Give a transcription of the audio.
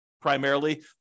primarily